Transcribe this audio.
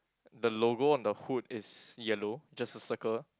the logo on the hood is yellow just a circle